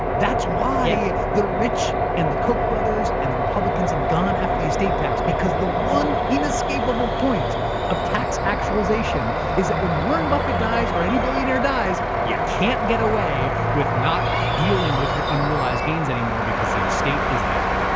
that's why yeah the rich and the koch brothers and the republicans have gone after the estate tax, because the one inescapable point of tax actualization is that when warren buffett dies or any billionaire dies, you yeah can't get away with not dealing with your unrealized gains anymore because the estate is there.